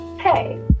Hey